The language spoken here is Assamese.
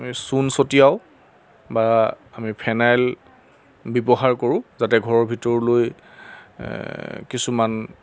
আমি চূণ ছটিয়াও বা আমি ফেনাইল ব্যৱহাৰ কৰোঁ যাতে ঘৰৰ ভিতৰলৈ কিছুমান